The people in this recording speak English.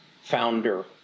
founder